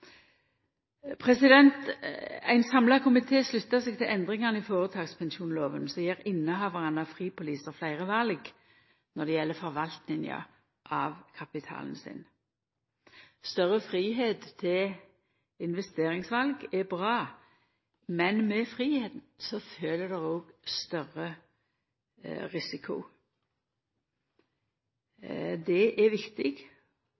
har. Ein samla komité sluttar seg til endringane i foretakspensjonslova, som gjev innehavarane av fripolisar fleire val når det gjeld forvaltinga av kapitalen sin. Større fridom til investeringsval er bra, men med fridomen følgjer òg større risiko. Det er viktig